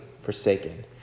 forsaken